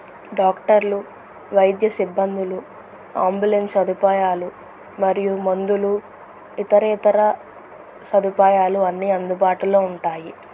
డాక్టర్లు వైద్య సిబ్బందులు ఆంబులెన్స్ సదుపాయాలు మరియు మందులు ఇతర ఇతర సదుపాయాలు అన్నీ అందుబాటులో ఉంటాయి